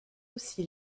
aussi